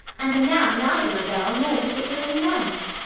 and am now neither a girl nor particularly nice.